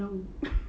no